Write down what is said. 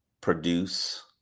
produce